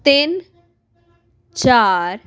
ਤਿੰਨ ਚਾਰ